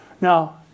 Now